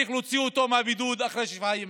צריך להוציא אותו מהבידוד אחרי שבעה ימים.